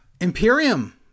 Imperium